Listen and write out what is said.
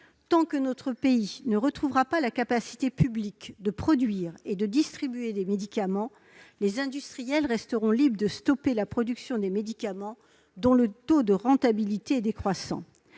Tant que notre pays ne retrouvera pas la capacité publique de produire et de distribuer des médicaments, les industriels resteront libres de stopper la production des médicaments dont le taux de rentabilité est décroissant.